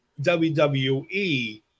wwe